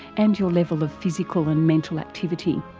and your level of physical and mental activity.